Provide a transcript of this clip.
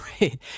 Right